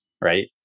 right